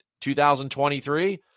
2023